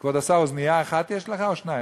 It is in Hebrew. כבוד השר, אוזנייה אחת יש לך או שתיים?